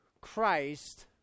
Christ